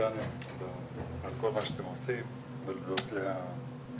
ולטטיאנה על כל מה שאתם עושים ולכל הנוער.